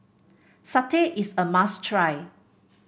satay is a must try